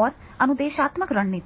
और अनुदेशात्मक रणनीति